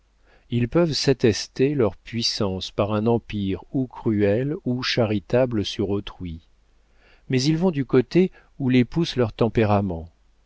ils peuvent s'attester leur puissance par un empire ou cruel ou charitable sur autrui mais ils vont du côté où les pousse leur tempérament